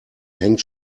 hängt